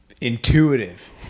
Intuitive